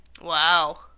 wow